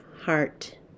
heart